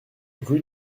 rue